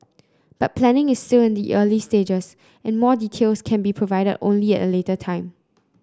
but planning is still in the early stages and more details can be provided only at a later time